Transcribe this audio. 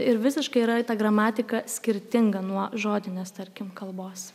ir visiškai yra ta gramatika skirtinga nuo žodinės tarkim kalbos